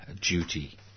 duty